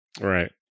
Right